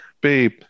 babe